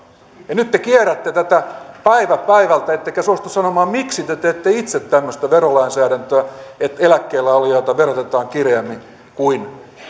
nyt te kierrätte tätä päivä päivältä ettekä suostu sanomaan miksi te te teette itse tämmöistä verolainsäädäntöä että eläkkeellä olijoita verotetaan kireämmin kuin